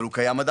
אבל קיים.